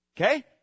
Okay